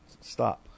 stop